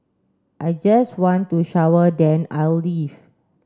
I just want to shower then I'll leave